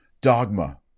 dogma